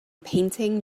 painting